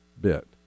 bit